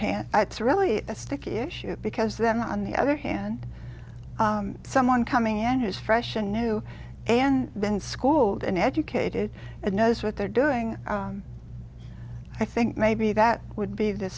hand it's really a sticky issue because then on the other hand someone coming out is fresh and new and been schooled and educated and knows what they're doing i think maybe that would be the